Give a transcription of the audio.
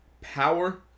Power